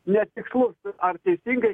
ne tikslus ar teisingai